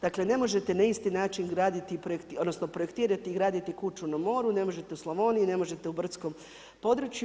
Dakle, ne možete na isti način graditi odnosno projektirati i graditi kuću na moru, ne možete u Slavoniji, ne možete u brdskom području.